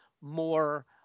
more